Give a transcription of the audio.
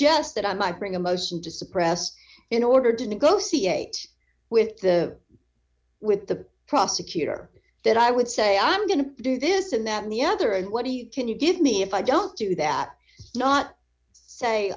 est that i might bring the most into suppressed in order to negotiate with the with the prosecutor that i would say i am going to do this and that and the other and what do you can you give me if i don't do that not say